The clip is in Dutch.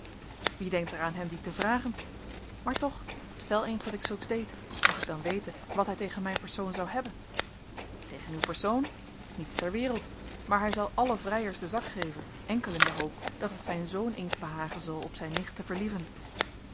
wie denkt er aan hem die te vragen maar toch stel eens dat ik zulks deed mag ik dan weten wat hij tegen mijn persoon zou hebben tegen uw persoon niets ter wereld maar hij zal allen vrijers den zak geven enkel in de hoop dat het zijn zoon eens behagen zal op zijn nicht te verlieven